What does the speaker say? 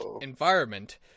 environment